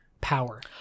power